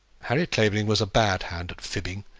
harry clavering was a bad hand at fibbing,